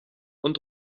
und